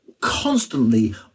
constantly